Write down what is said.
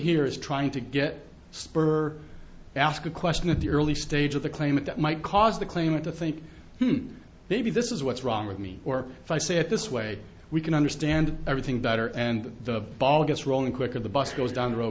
here is trying to get sperber ask a question of the early stage of the claimant that might cause the claimant to think maybe this is what's wrong with me or if i say it this way we can understand everything better and the ball gets rolling quick of the bus goes down